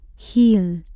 Heal